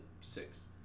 six